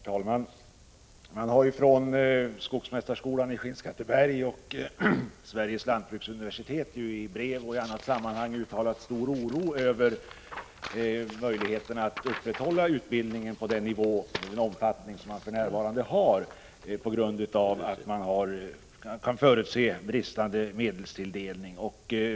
Herr talman! Man har från skogsmästarskolan i Skinnskatteberg och svenska lantbruksuniversitetet i brev och i annat sammanhang uttalat stor oro över möjligheterna att upprätthålla utbildningen på den nivå och i den omfattning som den för närvarande bedrivs på grund av att man kan förutse en för knapp medelstilldelning.